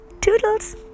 Toodles